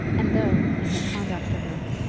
and though, in his conduct to her,